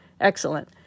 Excellent